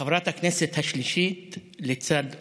חברת הכנסת השלישית לצד אוסאמה,